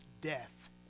death